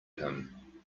him